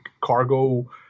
cargo